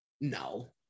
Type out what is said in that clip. No